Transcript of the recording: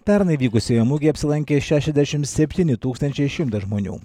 pernai vykusioje mugėje apsilankė šešiasdešimt septyni tūkstančiai šimtas žmonių